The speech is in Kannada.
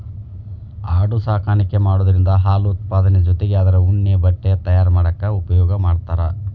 ಆಡು ಸಾಕಾಣಿಕೆ ಮಾಡೋದ್ರಿಂದ ಹಾಲು ಉತ್ಪಾದನೆ ಜೊತಿಗೆ ಅದ್ರ ಉಣ್ಣೆ ಬಟ್ಟೆ ತಯಾರ್ ಮಾಡಾಕ ಉಪಯೋಗ ಮಾಡ್ತಾರ